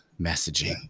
messaging